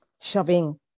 shoving